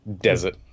desert